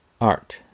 art